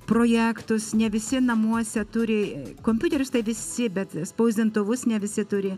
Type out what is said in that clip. projektus ne visi namuose turi kompiuterius visi bet spausdintuvus ne visi turi